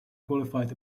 qualified